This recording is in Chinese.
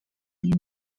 供应